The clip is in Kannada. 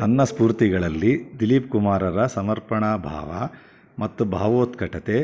ನನ್ನ ಸ್ಫೂರ್ತಿಗಳಲ್ಲಿ ದಿಲೀಪ್ ಕುಮಾರರ ಸಮರ್ಪಣಾ ಭಾವ ಮತ್ತು ಭಾವೋತ್ಕಟತೆ